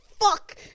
fuck